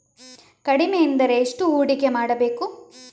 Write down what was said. ಕಡಿಮೆ ಎಂದರೆ ಎಷ್ಟು ಹೂಡಿಕೆ ಮಾಡಬೇಕು?